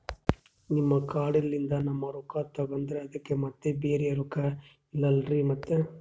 ನಿಮ್ ಕಾರ್ಡ್ ಲಿಂದ ನಮ್ ರೊಕ್ಕ ತಗದ್ರ ಅದಕ್ಕ ಮತ್ತ ಬ್ಯಾರೆ ರೊಕ್ಕ ಇಲ್ಲಲ್ರಿ ಮತ್ತ?